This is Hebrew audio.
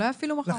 אולי אפילו מחר.